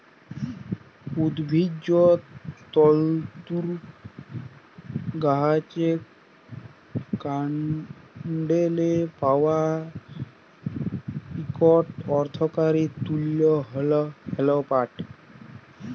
উদ্ভিজ্জ তলতুর গাহাচের কাল্ডলে পাউয়া ইকট অথ্থকারি তলতু হ্যল পাট